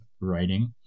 writing